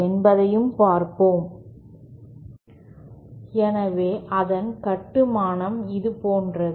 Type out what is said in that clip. எனவே அதன் கட்டுமானம் இது போன்றது